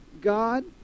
God